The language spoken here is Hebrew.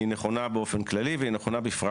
היא נכונה באופן כללי והיא נכונה בפרט